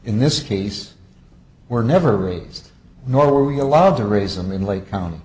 in this case were never raised nor were we allowed to raise them in lake county